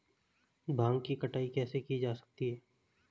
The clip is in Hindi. भांग की कटाई कैसे की जा सकती है?